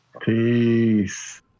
Peace